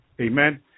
Amen